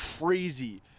crazy